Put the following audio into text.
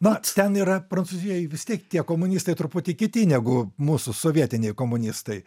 na ten yra prancūzijoj vis tiek tie komunistai truputį kiti negu mūsų sovietiniai komunistai